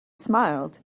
smiled